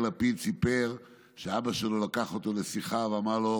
לפיד סיפר שאבא שלו לקח אותו לשיחה ואמר לו: